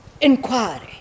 inquiry